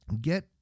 Get